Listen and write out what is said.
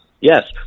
yes